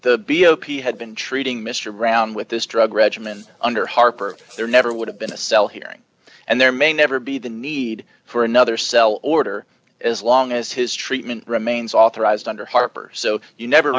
the b o p s had been treating mr brown with this drug regimen under harper there never would have been a cell hearing and there may never be the need for another cell order as long as his treatment remains authorized under harper so you never